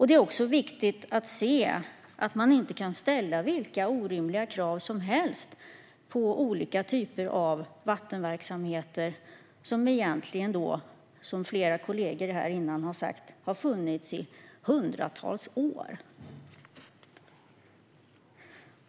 Det är också viktigt att man inte kan ställa vilka orimliga krav som helst på olika typer av vattenverksamheter som egentligen, som flera kollegor här innan har sagt, har funnits i hundratals år.